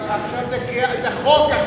אבל זה חוק עכשיו.